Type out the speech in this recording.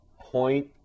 point